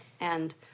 and-